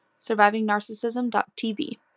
survivingnarcissism.tv